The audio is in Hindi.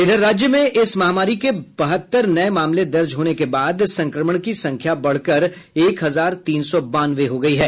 इधर राज्य में इस महामारी के बहत्तर नये मामले दर्ज होने के बाद संक्रमण की संख्या बढ़कर एक हजार तीन सौ बानवे हो गयी है